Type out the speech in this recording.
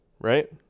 right